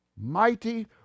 mighty